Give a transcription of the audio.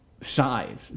size